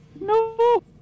No